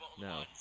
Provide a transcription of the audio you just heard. No